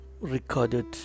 recorded